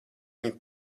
viņu